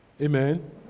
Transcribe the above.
Amen